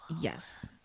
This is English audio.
yes